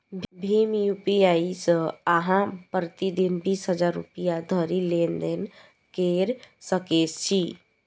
भीम UPI सं अहां प्रति दिन बीस हजार रुपैया धरि लेनदेन कैर सकै छी